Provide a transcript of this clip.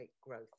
growth